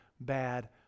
bad